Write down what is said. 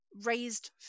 raised